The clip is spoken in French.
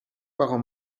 parents